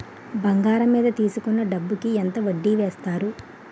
బంగారం మీద తీసుకున్న డబ్బు కి ఎంత వడ్డీ వేస్తారు?